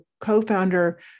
co-founder